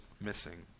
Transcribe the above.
missing